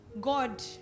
God